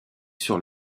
sur